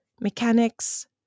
mechanics